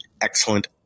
excellent